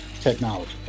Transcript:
technology